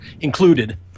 included